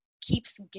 keeps